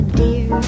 dear